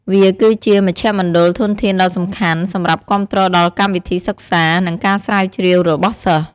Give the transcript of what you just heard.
វាគឺជាមជ្ឈមណ្ឌលធនធានដ៏សំខាន់សម្រាប់គាំទ្រដល់កម្មវិធីសិក្សា និងការស្រាវជ្រាវរបស់សិស្ស។